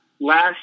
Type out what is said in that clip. last